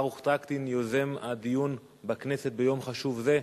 ברוך טרקטין, יוזם הדיון בכנסת ביום חשוב זה,